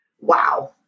wow